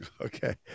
Okay